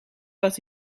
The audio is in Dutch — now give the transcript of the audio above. wat